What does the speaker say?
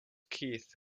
keith